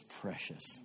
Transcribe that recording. precious